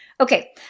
Okay